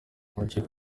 urukiko